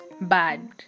bad